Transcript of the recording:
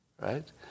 right